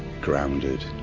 grounded